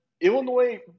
Illinois